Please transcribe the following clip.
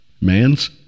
Man's